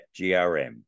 GRM